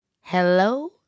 Hello